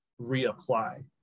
reapply